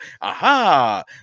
aha